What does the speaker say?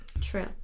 True